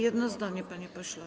Jedno zdanie, panie pośle.